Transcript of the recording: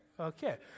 Okay